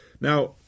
Now